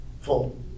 full